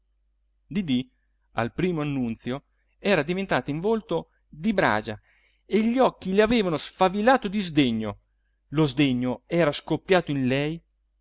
didì al primo annunzio era diventata in volto di bragia e gli occhi le avevano sfavillato di sdegno lo sdegno era scoppiato in lei